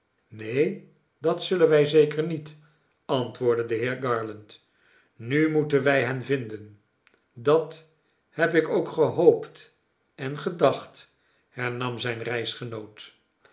neen dat zullen wij zeker niet antwoordde de heer garland nu moeten wij hen vinden dat heb ik ook gehoopt en gedacht hernam zijn